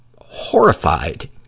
horrified